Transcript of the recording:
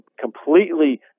completely